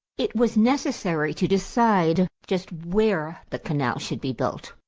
it was necessary to decide just where the canal should be built.